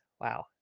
wow